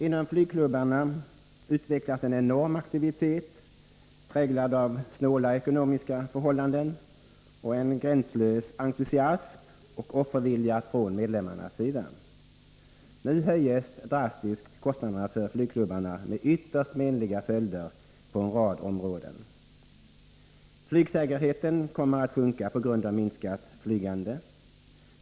Inom flygklubbarna bedrivs en enorm aktivitet, präglad av snåla ekonomiska förhållanden och en gränslös entusiasm och offervilja från medlemmarnas sida. Nu ökas kostna derna för flygklubbarna drastiskt, med ytterst menliga följder på en rad områden. Flygsäkerheten kommer att sjunka på grund av minskat flygande.